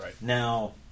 Now